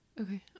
Okay